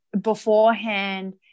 beforehand